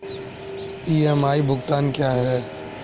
EMI भुगतान क्या है?